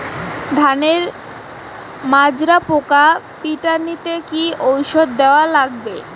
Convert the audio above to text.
ধানের মাজরা পোকা পিটাইতে কি ওষুধ দেওয়া লাগবে?